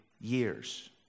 years